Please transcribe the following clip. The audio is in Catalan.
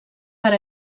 per